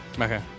Okay